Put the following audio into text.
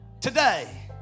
today